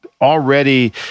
Already